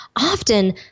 Often